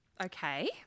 Okay